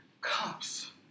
cops